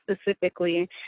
specifically